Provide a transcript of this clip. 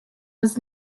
was